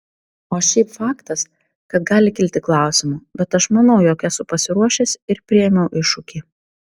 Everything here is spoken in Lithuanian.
o šiaip faktas kad gali kilti klausimų bet aš manau jog esu pasiruošęs ir priėmiau iššūkį